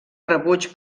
rebuig